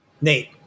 Nate